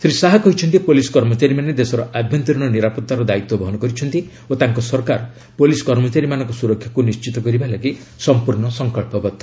ଶ୍ରୀ ଶାହା କହିଛନ୍ତି ପୋଲିସ୍ କର୍ମଚାରୀମାନେ ଦେଶର ଆଭ୍ୟନ୍ତରୀଣ ନିରାପତ୍ତାର ଦାୟିତ୍ୱ ବହନ କରିଛନ୍ତି ଓ ତାଙ୍କ ସରକାର ପୋଲିସ୍ କର୍ମଚାରୀମାନଙ୍କ ସୁରକ୍ଷାକୁ ନିଶ୍ଚିତ କରିବା ପାଇଁ ସଂପୂର୍ଣ୍ଣ ସଂକଳ୍ପବଦ୍ଧ